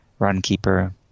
RunKeeper